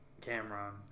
Cameron